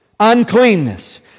uncleanness